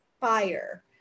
fire